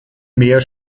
mehr